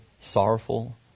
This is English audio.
sorrowful